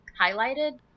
highlighted